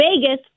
Vegas